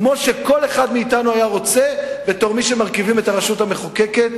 כמו שכל אחד מאתנו היה רוצה בתור מי שמרכיבים את הרשות המחוקקת,